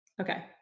Okay